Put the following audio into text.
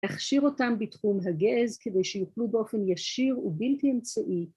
‫הכשיר אותם בתחום הגז ‫כדי שיוכלו באופן ישיר ובלתי אמצעי.